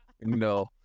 No